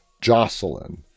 Jocelyn